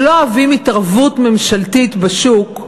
שלא אוהבים התערבות ממשלתית בשוק,